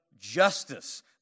justice